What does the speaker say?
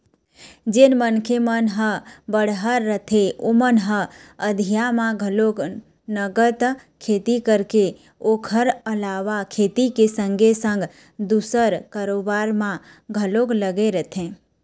जेन मनखे मन ह बड़हर रहिथे ओमन ह अधिया म घलोक नंगत खेती करथे ओखर अलावा खेती के संगे संग दूसर कारोबार म घलोक लगे रहिथे